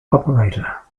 operator